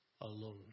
alone